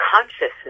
consciousness